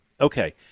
Okay